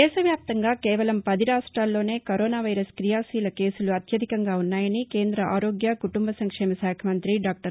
దేశవ్యాప్తంగా కేవలం పది రాష్టాల్లోనే కరోనా వైరస్ క్రియాశీల కేసులు అత్యధికంగా ఉన్నాయని కేంద్ర ఆరోగ్య కుటుంబ సంక్షేమ శాఖ మంతి డాక్టర్